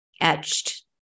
etched